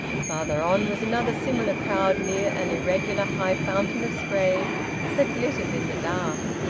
farther on was another similar crowd, near an irregular high fountain of spray that glittered in the dark.